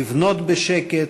לבנות בשקט,